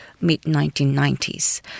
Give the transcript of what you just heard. mid-1990s